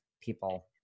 people